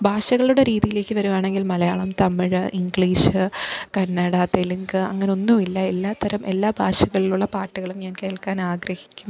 ഭാഷകളുടെ രീതിയിലേക്ക് വരികയാണെങ്കില് മലയാളം തമിഴ് ഇഗ്ലീഷ് കന്നഡ തെലുങ്ക് അങ്ങനെയൊന്നുമില്ല എല്ലാ തരം എല്ലാ ഭാഷകളിലുമുള്ള പാട്ടുകളും ഞാന് കേള്ക്കാന് ആഗ്രഹിക്കുന്ന